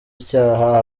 icyaha